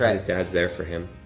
his dad's there for him.